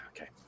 Okay